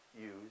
use